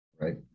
Right